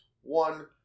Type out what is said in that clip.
one